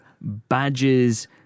badges